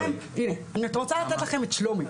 הנה, אני רוצה לתת לכם את שלומי.